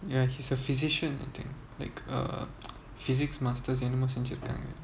ya he's a physician I think like a physics masters son